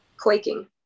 Quaking